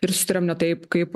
ir susitariam ne taip kaip